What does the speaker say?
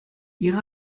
ihre